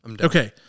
Okay